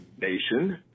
Nation